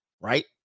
Right